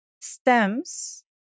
stems